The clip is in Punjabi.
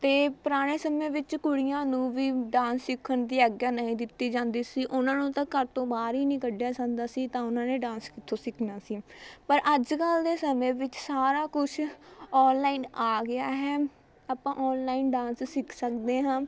ਅਤੇ ਪੁਰਾਣੇ ਸਮੇਂ ਵਿੱਚ ਕੁੜੀਆਂ ਨੂੰ ਵੀ ਡਾਂਸ ਸਿੱਖਣ ਦੀ ਆਗਿਆ ਨਹੀਂ ਦਿੱਤੀ ਜਾਂਦੀ ਸੀ ਉਨ੍ਹਾਂ ਨੂੰ ਤਾਂ ਘਰ ਤੋਂ ਬਾਹਰ ਹੀ ਨਹੀਂ ਕੱਢਿਆ ਜਾਂਦਾ ਸੀ ਤਾਂ ਉਨ੍ਹਾਂ ਨੇ ਡਾਂਸ ਕਿੱਥੋਂ ਸਿੱਖਣਾ ਸੀ ਪਰ ਅੱਜ ਕੱਲ੍ਹ ਦੇ ਸਮੇਂ ਵਿੱਚ ਸਾਰਾ ਕੁਛ ਔਨਲਾਈਨ ਆ ਗਿਆ ਹੈ ਆਪਾਂ ਔਨਲਾਈਨ ਡਾਂਸ ਸਿੱਖ ਸਕਦੇ ਹਾਂ